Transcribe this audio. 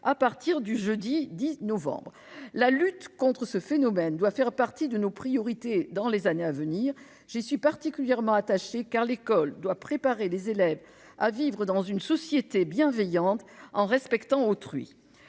à partir du jeudi 10 novembre. La lutte contre ce phénomène doit faire partie de nos priorités dans les années à venir. J'y suis particulièrement attachée, car l'école doit préparer les élèves à vivre dans une société bienveillante, en respectant autrui.